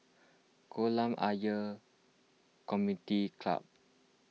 Kolam Ayer Community Club